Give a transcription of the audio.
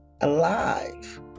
alive